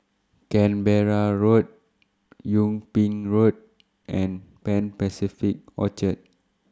Canberra Road Yung Ping Road and Pan Pacific Orchard